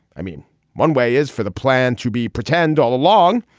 i mean one way is for the plan to be pretend all along.